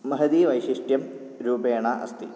महतीवैशिष्ट्यं रूपेण अस्ति